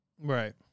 Right